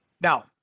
Now